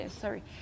Sorry